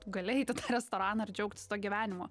gali eit į tą restoraną ir džiaugtis tuo gyvenimu